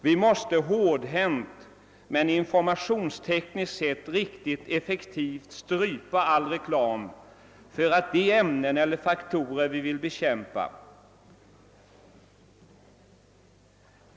Vi måste hårdhänt men informationstekniskt sett riktigt effektivt strypa all reklam för de ämnen eller faktorer vi vill bekämpa.